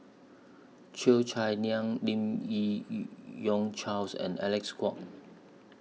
Cheo Chai Niang Lim Yi Yong Charles and Alec Kuok